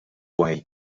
way